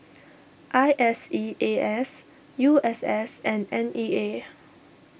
I S E A S U S S and N E A